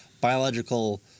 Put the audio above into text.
biological